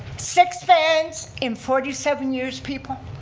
six vans in forty seven years, people?